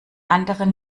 anderen